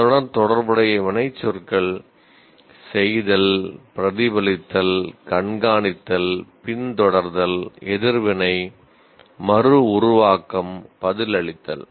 அதனுடன் தொடர்புடைய வினைச்சொற்கள் செய்தல் பிரதிபலித்தல் கண்காணித்தல் பின்தொடர்தல் எதிர்வினை மறு உருவாக்கம் பதிலளித்தல்